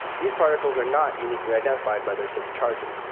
these particles are not uniquely identified by their six charges.